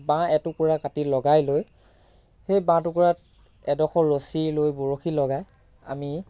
বাঁহ এটুকুৰা কাটি লগাই লৈ সেই বাঁহ টুকুৰাত এডোখৰ ৰছী লৈ বৰশী লগাই আমি